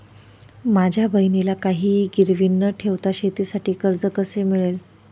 माझ्या बहिणीला काहिही गिरवी न ठेवता शेतीसाठी कर्ज कसे मिळेल?